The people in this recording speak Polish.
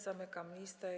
Zamykam listę.